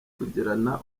kugirana